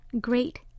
great